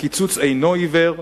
הקיצוץ אינו עיוור,